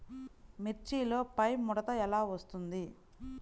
మిర్చిలో పైముడత ఎలా వస్తుంది?